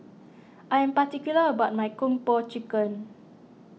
I am particular about my Kung Po Chicken